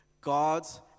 God's